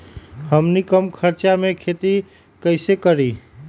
हमनी कम खर्च मे खेती कई से करी?